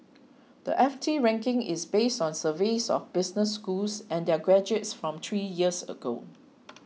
the F T ranking is based on surveys of business schools and their graduates from three years ago